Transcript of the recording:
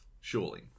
Surely